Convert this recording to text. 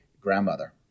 grandmother